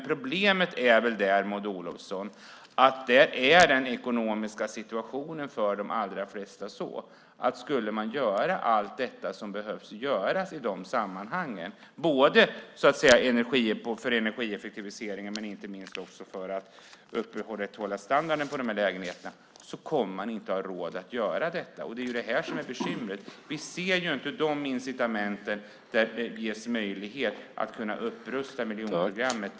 Problemet där är, Maud Olofsson, att den ekonomiska situationen för de allra flesta är sådan att om de ska göra allt som behöver göras - både för att energieffektivisera och, inte minst, för att upprätthålla standarden på lägenheterna - kommer de inte att ha råd med det. Det är det som är bekymret. Vi ser inte att det ges incitament för att göra det möjligt att upprusta miljonprogrammet.